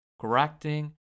correcting